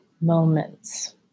moments